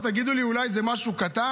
אז תגידו לי: אולי זה משהו קטן,